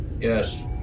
Yes